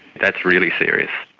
that's really serious.